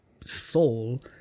soul